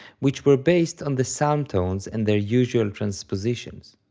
which were based on the psalm tones and their usual transpositions.